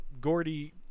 Gordy